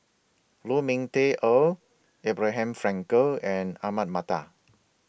Lu Ming Teh Earl Abraham Frankel and Ahmad Mattar